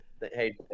hey